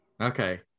Okay